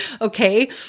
Okay